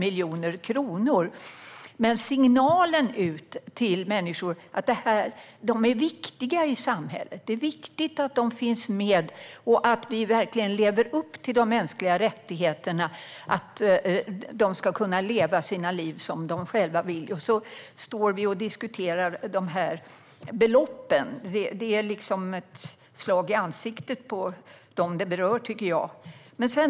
I stället för att ge en signal till dessa människor att de är viktiga för samhället och att vi tänker leva upp till den mänskliga rättigheten att alla ska kunna leva sitt liv som de vill står vi här och diskuterar dessa belopp. Det är ett slag i ansiktet på dem det berör.